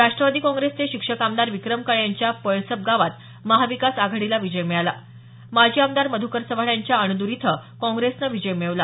राष्ट्रवादी काँग्रेसचे शिक्षक आमदार विक्रम काळे यांच्या पळसप गावात महाविकास आघाडीला विजय मिळाला माजी आमदार मध्कर चव्हाण यांच्या अणदर इथं काँग्रेसनं विजय मिळवला